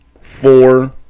four